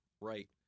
Right